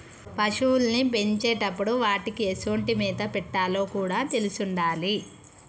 పశువుల్ని పెంచేటప్పుడు వాటికీ ఎసొంటి మేత పెట్టాలో కూడా తెలిసుండాలి